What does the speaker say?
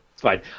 Fine